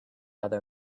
other